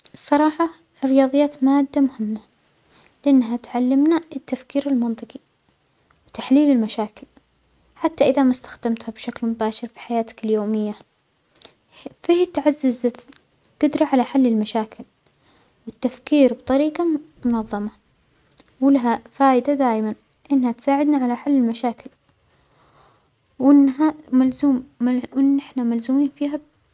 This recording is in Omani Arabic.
الصراحة الرياضيات مادة مهمة لأنها تعلمنا التفكير المنطجى وتحليل المشاكل حتى إذا ما إستخدمتها بشكل مباشر في حياتك اليومية، فهى تعزز الث-الجدرة على حل المشاكل والتفكير بطريجة م-منظمة، ولها فائدة دايما أنها تساعدنا على حل المشاكل، وأنها ملزوم-مل وأن إحنا ملزومين فيها ب.